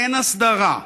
אין הסדרה,